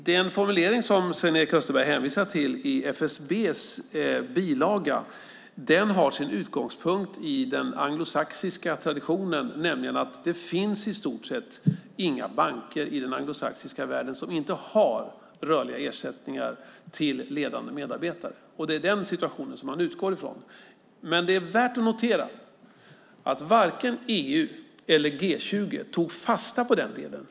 Den formulering som Sven-Erik Österberg hänvisar till i FSB:s bilaga har sin utgångspunkt i den anglosaxiska traditionen, nämligen att det i stort sett inte finns några banker i den anglosaxiska världen som inte har rörliga ersättningar till ledande medarbetare. Det är den situationen man utgår ifrån. Det är värt att notera att varken EU eller G20 tog fasta på det.